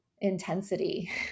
intensity